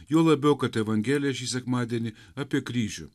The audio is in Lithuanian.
juo labiau kad evangelija šį sekmadienį apie kryžių